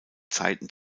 zeiten